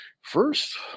first